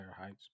heights